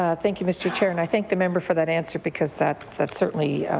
ah thank you, mr. chair, and i thank the member for that answer because that that certainly